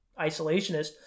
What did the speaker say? isolationist